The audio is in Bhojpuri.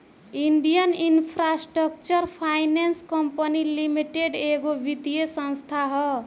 Indian infrastructure finance company limited एगो वित्तीय संस्था ह